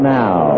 now